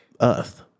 earth